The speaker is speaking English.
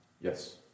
Yes